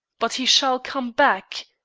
but he shall come back,